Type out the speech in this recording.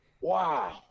Wow